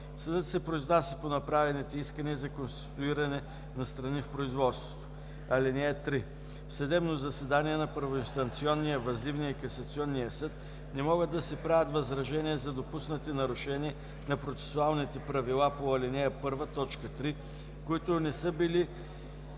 Съдът се произнася по направените искания за конституиране на страни в производството. (3) В съдебно заседание на първоинстанционния, въззивния и касационния съд не могат да се правят възражения за допуснатите нарушения на процесуалните правила по ал. 1, т. 3, които не са били